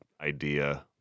idea